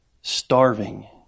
starving